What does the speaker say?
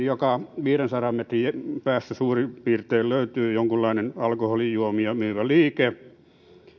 joka viidensadan metrin päässä löytyy jonkunlainen alkoholijuomia myyvä liike